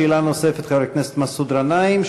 שאלה נוספת, חבר הכנסת מסעוד גנאים.